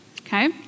okay